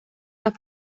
las